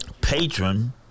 patron